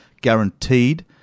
guaranteed